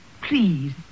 Please